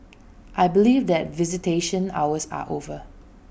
I believe that visitation hours are over